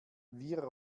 wir